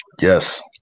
Yes